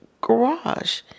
garage